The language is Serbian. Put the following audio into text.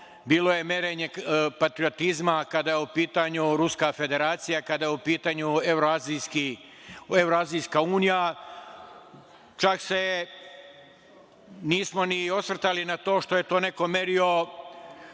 bilo je merenja patriotizma kada je u pitanju Ruska Federacija, kada je u pitanju Evroazijska unija. Čak se nismo ni osvrtali na to što je neko merio